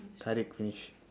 finished